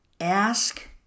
ask